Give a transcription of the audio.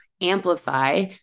amplify